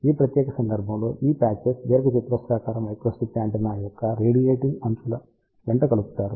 ఈ ప్రత్యేక సందర్భంలో ఈ పాచెస్ దీర్ఘచతురస్రాకార మైక్రోస్ట్రిప్ యాంటెన్నా యొక్క రేడియేటింగ్ అంచుల వెంట కలుపుతారు